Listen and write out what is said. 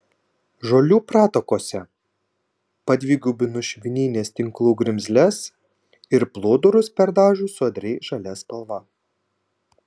žolių pratakose padvigubinus švinines tinklų grimzles ir plūdurus perdažius sodriai žalia spalva